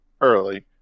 early